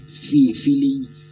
feeling